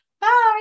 Bye